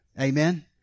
Amen